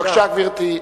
בבקשה, גברתי.